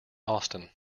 austen